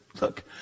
Look